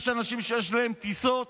יש אנשים שיש להם טיסות.